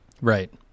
Right